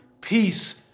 peace